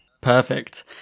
Perfect